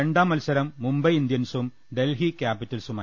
രണ്ടാം മത്സരം മുംബൈ ഇന്ത്യൻസും ഡൽഹി ക്യാപിറ്റൽസുമായി